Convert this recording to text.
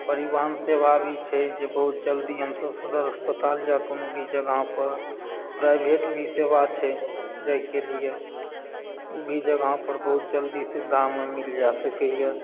परिवहन सेवा भी छै जे बहुत जल्दी हमसभ सदर अस्पताल या कोनो भी जगह पर प्राइवेट भी सेवा छै जायके लिए ओ भी जगह पर बहुत जल्दी सुविधा मिल जा सकयए